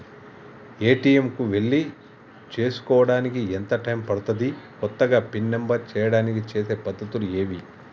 ATM కు వెళ్లి చేసుకోవడానికి ఎంత టైం పడుతది? కొత్తగా పిన్ నంబర్ చేయడానికి చేసే పద్ధతులు ఏవి?